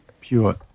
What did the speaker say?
pure